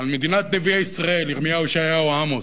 על מדינת נביאי ישראל, ירמיהו, ישעיהו, עמוס,